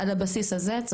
אז על בסיס הזה,